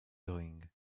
doing